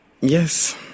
yes